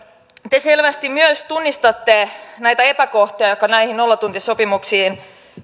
te selvästi myös tunnistatte näitä epäkohtia joita näihin nollatuntisopimuksiin